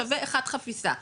שווה חפיסה אחת,